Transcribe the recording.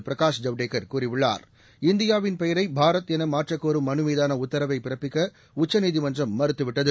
பிரகாஷ் ஜவடேகர் கூறியுள்ளார் இந்தியாவின் பெயரை பாரத் என மாற்றக்கோரும் மனுமீதான உத்தரவை பிறப்பிக்க உச்சநீதிமன்றம் மறுத்துவிட்டது